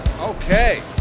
Okay